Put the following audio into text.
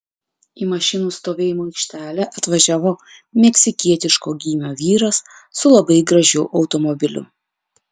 į mašinų stovėjimo aikštelę atvažiavo meksikietiško gymio vyras su labai gražiu automobiliu